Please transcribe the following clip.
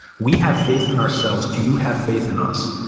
we have faith in ourselves. do you have faith in us?